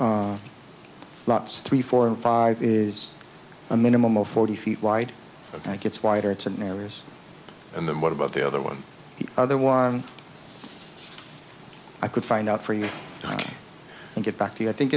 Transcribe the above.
lots three four and five is a minimum of forty feet wide and gets wider it's a new areas and then what about the other one the other one i could find out for you and get back to you i think